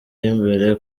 y’imbere